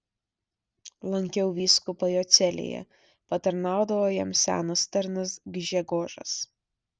lankiau vyskupą jo celėje patarnaudavo jam senas tarnas gžegožas